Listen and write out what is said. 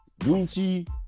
Gucci